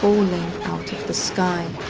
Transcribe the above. out of the sky.